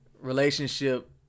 relationship